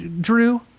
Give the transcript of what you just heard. Drew